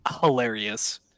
hilarious